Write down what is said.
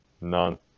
None